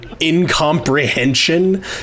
incomprehension